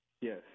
Yes